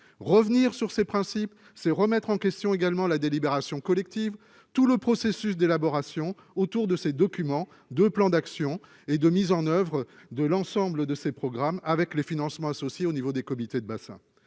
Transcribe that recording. revenir sur ses principes, c'est remettre en question également la délibération collective, tout le processus d'élaboration autour de ces documents de plan d'action et de mise en oeuvre de l'ensemble de ses programmes avec les financements associés au niveau des comités de bassin,